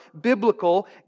biblical